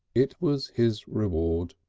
it was his reward.